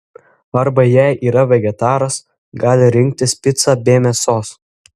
arba jei yra vegetaras gali rinktis picą be mėsos